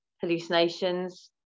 hallucinations